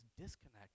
disconnect